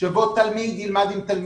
- תלמיד ילמד עם תלמיד,